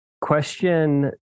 question